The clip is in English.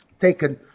taken